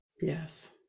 Yes